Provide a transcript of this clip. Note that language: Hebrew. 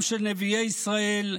נביאי ישראל",